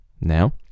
Now